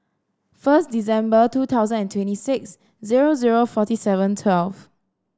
first December two thousand and twenty six zero zero forty seven twelve